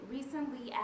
Recently